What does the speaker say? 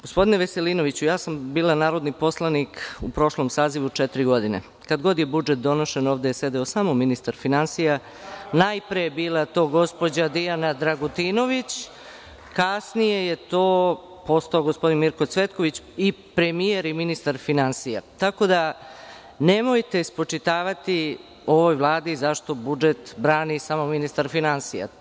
Gospodine Veselinoviću, ja sam bila narodni poslanik u prošlom sazivu četiri godine, kada god je budžet donošen, ovde je sedeo samo ministar finansija, bila je to gospođa Diana Dragutinović, a kasnije gospodin Mirko Cvetković i premijer i ministar finansija, i nemojte spočitavati ovoj vladi zašto budžet brani samo ministar finansija.